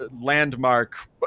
landmark